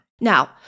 Now